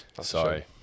Sorry